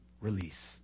release